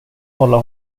hålla